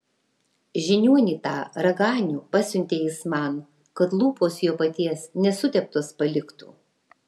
žiniuonį tą raganių pasiuntė jis man kad lūpos jo paties nesuteptos paliktų